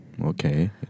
Okay